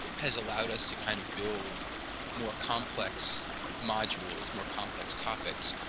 has allowed us to kind of build more complex modules, more complex topics,